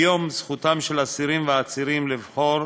כיום זכותם של אסירים ועצירים לבחור